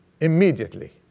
immediately